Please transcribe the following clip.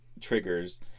triggers